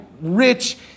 rich